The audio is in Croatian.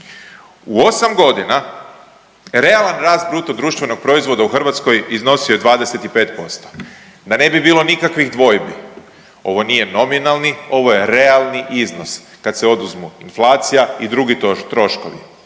U 8 godina realan rast bruto društvenog proizvoda u Hrvatskoj iznosio je 25%. Da ne bi bilo nikakvih dvojbi ovo nije nominalni ovo je realni iznos kad se oduzmu inflacija i drugi troškovi.